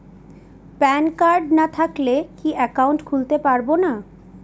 Pan card না থাকলে কি একাউন্ট খুলতে পারবো না?